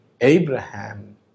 Abraham